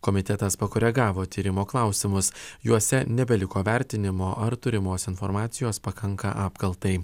komitetas pakoregavo tyrimo klausimus juose nebeliko vertinimo ar turimos informacijos pakanka apkaltai